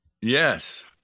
Yes